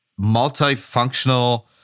multifunctional